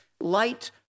light